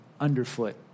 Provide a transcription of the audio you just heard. underfoot